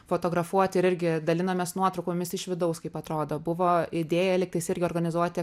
fotografuoti ir irgi dalinomės nuotraukomis iš vidaus kaip atrodo buvo idėja lygtais irgi organizuoti